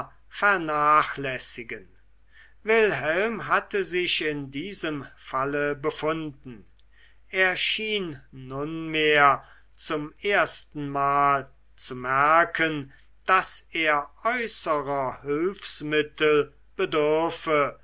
vernachlässigen wilhelm hatte sich in diesem falle befunden er schien nunmehr zum erstenmal zu merken daß er äußerer hülfsmittel bedürfe